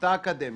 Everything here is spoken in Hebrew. שאותה אקדמיה,